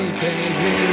baby